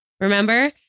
Remember